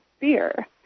fear